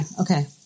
Okay